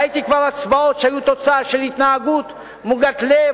ראיתי כבר הצבעות שהיו תוצאה של התנהגות מוגת לב,